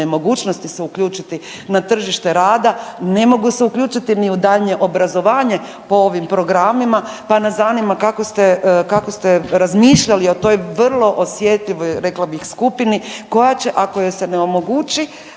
nemogućnosti se uključiti na tržište rada, ne mogu se uključiti ni u daljnje obrazovanje po ovim programima, pa nas zanima kako ste razmišljali o toj vrlo osjetljivoj rekla bih skupini koja će ako joj se ne omogući